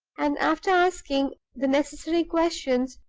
and, after asking the necessary questions,